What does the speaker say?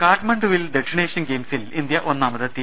കാഠ്മണ്ഡുവിൽ ദക്ഷിണേഷ്യൻ ഗെയിംസിൽ ഇന്ത്യ ഒന്നാമതെത്തി